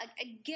again